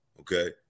okay